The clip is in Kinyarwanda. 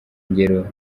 ingero